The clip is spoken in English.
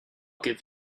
give